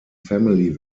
family